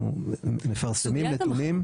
אנחנו מפרסמים נתונים.